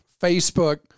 Facebook